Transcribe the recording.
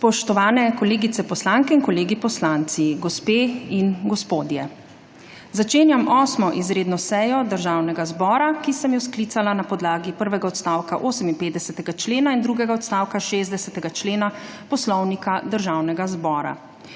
Spoštovane kolegice poslanke in kolegi poslanci, gospe in gospodje! Začenjam 8. izredno sejo Državnega zbora, ki sem jo sklicala na podlagi prvega odstavka 58. člena in drugega odstavka 60. člena Poslovnika Državnega zbora.